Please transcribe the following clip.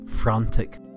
frantic